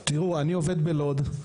תראו, אני עובד בלוד,